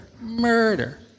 murder